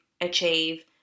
achieve